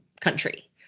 country